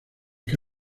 que